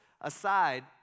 aside